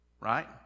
right